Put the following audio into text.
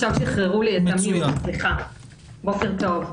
בוקר טוב.